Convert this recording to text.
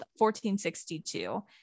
1462